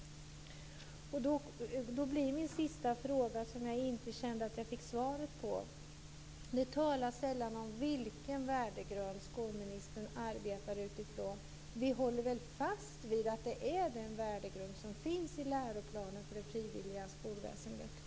Jag kände inte att jag fick svar på min fråga tidigare. Skolministern talar sällan om vilken värdegrund ni arbetar utifrån. Då blir min sista fråga: Vi håller väl fast vid att det är den värdegrund som finns i läroplanen för det frivilliga skolväsendet?